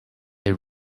they